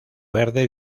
verde